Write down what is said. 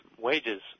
wages